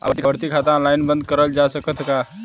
आवर्ती खाता ऑनलाइन बन्द करल जा सकत ह का?